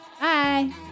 Bye